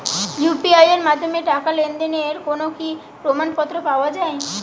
UPI এর মাধ্যমে টাকা লেনদেনের কোন কি প্রমাণপত্র পাওয়া য়ায়?